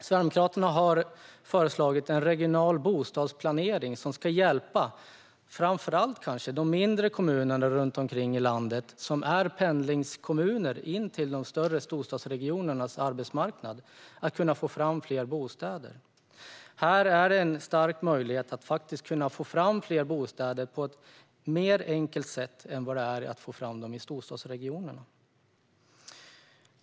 Sverigedemokraterna har föreslagit en regional bostadsplanering som kanske framför allt ska hjälpa mindre kommuner i landet, som finns på pendlingsavstånd till de större storstadsregionernas arbetsmarknader, att få fram fler bostäder. Här finns det en stark möjlighet att faktiskt få fram fler bostäder - det är enklare än att få fram dem i storstadsregionerna.